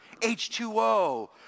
H2O